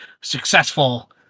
successful